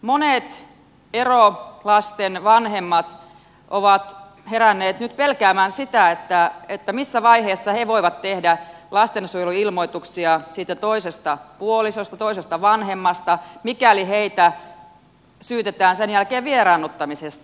monet erolasten vanhemmat ovat heränneet nyt pelkäämään sitä missä vaiheessa he voivat tehdä lastensuojeluilmoituksia siitä toisesta puolisosta toisesta vanhemmasta mikäli heitä syytetään sen jälkeen vieraannuttamisesta